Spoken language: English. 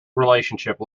relationship